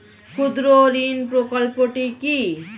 ক্ষুদ্রঋণ প্রকল্পটি কি?